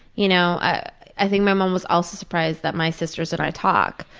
you know i i think my mom was also surprised that my sisters and i talk.